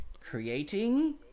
creating